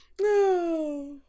No